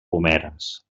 pomeres